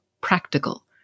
practical